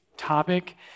topic